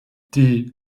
die